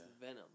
venom